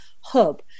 hub